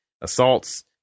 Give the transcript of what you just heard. assaults